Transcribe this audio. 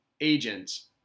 agents